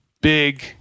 big